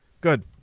Good